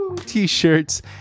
t-shirts